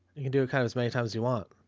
you can do it kind of as many times you want.